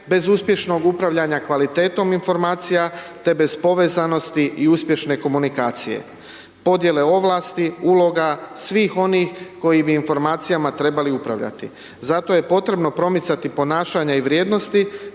bez uspješnog upravljanja kvalitetom informacija te bez povezanosti i uspješne komunikacije, podjele ovlasti, uloga, svih oni koji bi informacijama trebali upravljati. Zato je potrebno promicati ponašanja i vrijednosti